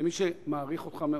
כמי שמעריך אותך מאוד,